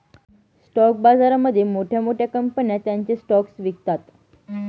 stock बाजारामध्ये मोठ्या मोठ्या कंपन्या त्यांचे स्टॉक्स विकतात